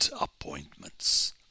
appointments